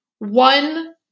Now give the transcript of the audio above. one